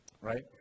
right